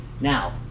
Now